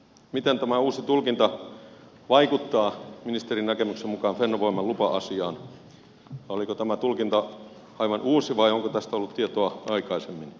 miten tämä uusi tulkinta vaikuttaa ministerin näkemyksen mukaan fennovoiman lupa asiaan ja oliko tämä tulkinta aivan uusi vai onko tästä ollut tietoa aikaisemmin